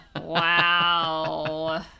Wow